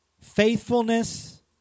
Faithfulness